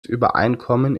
übereinkommen